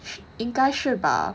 应该是吧